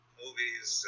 movies